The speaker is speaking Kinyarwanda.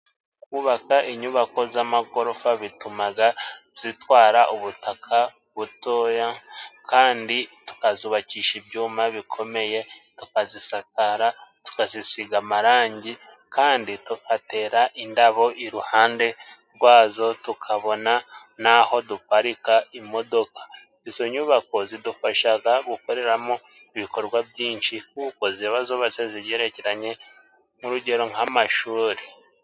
Kubaka inyubako z'amagorofa bitumaga zitwara ubutaka butoya kandi tukazubakisha ibyuma bikomeye, tukazisakara, tukazisiga amarangi kandi tugatera indabo iruhande rwazo, tukabona naho duparika imodoka. Izo nyubako zidufashaga gukoreramo ibikorwa byinshi kuko ziba zose zigerekeranye n'urugero nk'amashuri.